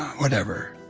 whatever.